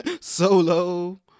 solo